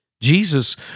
Jesus